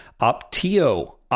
Optio